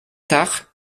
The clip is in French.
tard